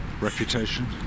reputation